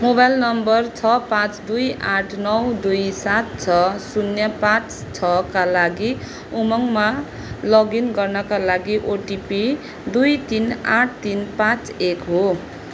mobile number छ पाँच दुई आठ नौ दुई सात छ शून्य पाँच छका लागि उमङ्गमा लगइन गर्नाका लागि ओटिपी दुई तिन आठ तिन पाँच एक हो